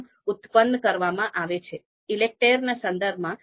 તે કયા પ્રકારની ધોરણનો ઉપયોગ કરવામાં આવે છે તેના પર નિર્ભર છે